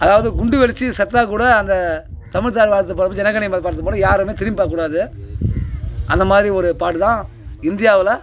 அதாவது குண்டு வெடிச்சு செத்தா கூட அந்த தமிழ்தாய் வாழ்த்து ஜன கன மன பாட்டு பாடும் யாருமே திரும்பி பார்க்கக்கூடாது அந்த மாதிரி ஒரு பாட்டு தான் இந்தியாவில்